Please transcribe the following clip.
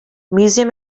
museum